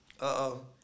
Uh-oh